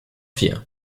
vier